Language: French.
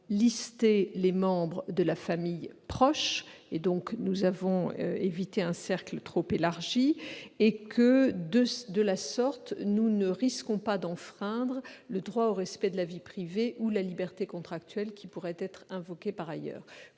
les membres de la famille proche, nous avons évité un cercle trop large. De la sorte, nous ne risquons pas d'enfreindre le droit au respect de la vie privée, non plus que la liberté contractuelle, qui pourrait être invoquée par ailleurs.